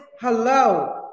hello